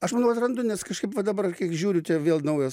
aš manau atrandu nes kažkaip va dabar kiek žiūriu čia vėl naujo